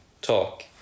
talk